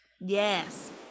yes